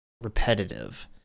repetitive